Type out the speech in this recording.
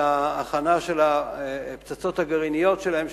את ההכנה של הפצצות הגרעיניות שלהם,